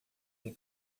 ter